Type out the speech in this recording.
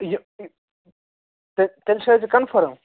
یہِ یہِ تہٕ تیٚلہِ چھِ حظ یہِ کَنفٲرٕم